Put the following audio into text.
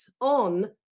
on